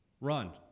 Run